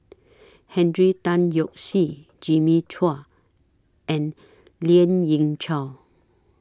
Hendrick Tan Yoke See Jimmy Chua and Lien Ying Chow